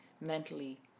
mentally